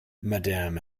madame